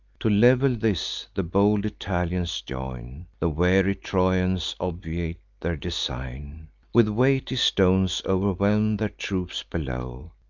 to level this, the bold italians join the wary trojans obviate their design with weighty stones o'erwhelm their troops below,